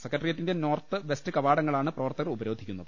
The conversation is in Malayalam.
സെക്രട്ടറിയേറ്റിന്റെ നോർത്ത് വെസ്റ്റ് കവാടങ്ങളാണ് പ്രവർത്ത കർ ഉപരോധിക്കുന്നത്